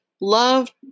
Love